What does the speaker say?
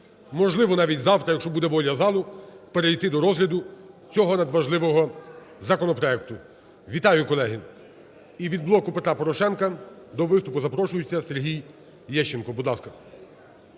можливо, навіть завтра, якщо буде воля залу, перейти до розгляду цього надважливого законопроекту. Вітаю, колеги! І від "Блоку Петра Порошенка" до виступу запрошується Сергій Лещенко,